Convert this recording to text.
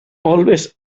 always